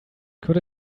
could